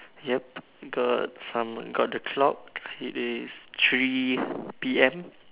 yup got some got the clock it is three P_M